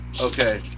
Okay